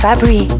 Fabri